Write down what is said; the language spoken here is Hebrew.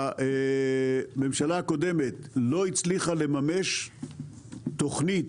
הממשלה הקודמת לא הצליחה לממש תכנית,